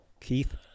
Keith